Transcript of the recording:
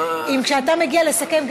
אם כשאתה מגיע לסכם,